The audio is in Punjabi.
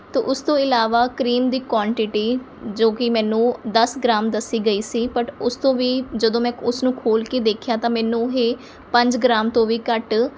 ਅਤੇ ਉਸ ਤੋਂ ਇਲਾਵਾ ਕਰੀਮ ਦੀ ਕੁਆਂਟਿਟੀ ਜੋ ਕਿ ਮੈਨੂੰ ਦਸ ਗ੍ਰਾਮ ਦੱਸੀ ਗਈ ਸੀ ਬਟ ਉਸ ਤੋਂ ਵੀ ਜਦੋਂ ਮੈਂ ਉਸਨੂੰ ਖੋਲ ਕੇ ਦੇਖਿਆ ਤਾਂ ਮੈਨੂੰ ਇਹ ਪੰਜ ਗ੍ਰਾਮ ਤੋਂ ਵੀ ਘੱਟ